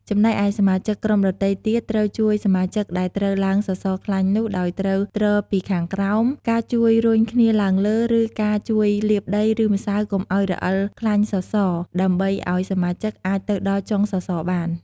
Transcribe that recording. ចំណែកឯសមាជិកក្រុមដទៃទៀត ត្រូវជួយសមាជិកដែលត្រូវឡើងសសរខ្លាញ់នោះ ដោយត្រូវទ្រពីខាងក្រោម ការជួយរុញគ្នាឡើងលើ ឬការជួយលាបដីឬម្រៅកុំអោយរអិលខ្លាញ់សសរ ដើម្បីឱ្យសមាជិកអាចទៅដល់ចុងសសរបាន។